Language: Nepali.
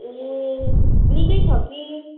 ए निकै छ कि